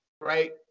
right